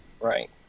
Right